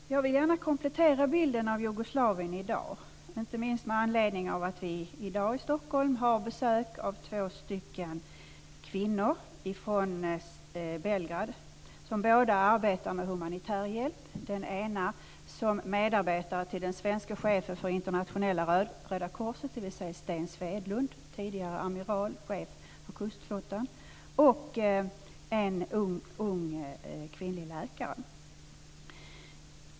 Fru talman! Jag vill gärna komplettera bilden av Jugoslavien i dag, inte minst med anledning av att vi i dag har besök i Stockholm av två kvinnor från Belgrad som båda arbetar med humanitär hjälp - den ena som medarbetare till den svenske chefen för Internationella Röda korset, dvs. Sten Swedlund, tidigare amiral och chef för kustflottan, och en ung kvinnlig läkare.